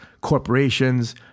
corporations